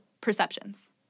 perceptions